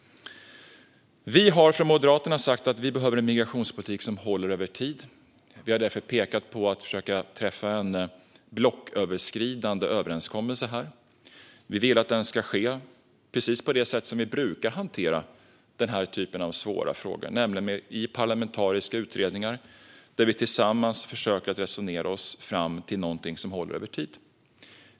Vi i Moderaterna har sagt att det behövs en migrationspolitik som håller över tid. Vi har därför pekat på behovet av att träffa en blocköverskridande överenskommelse här i riksdagen. Vi vill att den ska genomföras precis på det sätt som vi brukar hantera svåra frågor som denna, i parlamentariska utredningar där vi tillsammans försöker resonera oss fram till något som håller över tid.